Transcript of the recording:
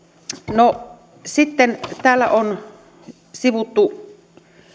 no sitten täällä on sivuttu